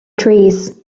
trees